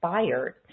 inspired